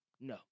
No